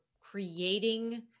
creating